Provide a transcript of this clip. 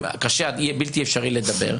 עד בלתי אפשרי לדבר,